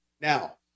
Now